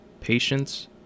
patience